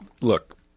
look